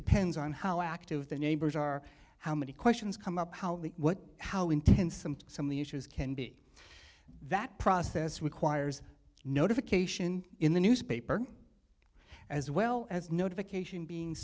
depends on how active the neighbors are how many questions come up how what how intense and some of the issues can be that process requires notification in the newspaper as well as notification being